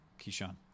Keyshawn